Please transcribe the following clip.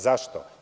Zašto?